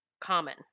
common